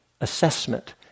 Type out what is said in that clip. assessment